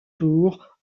tour